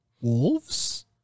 Wolves